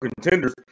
contenders